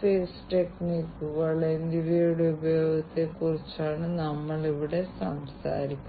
sensor നെറ്റ്വർക്കുകളുടെ ഉപയോഗവും അഗ്നിശമന സേനയെ ആകർഷിക്കുന്നു